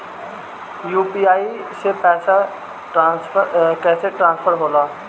UPI से पैसा कैसे ट्रांसफर होला?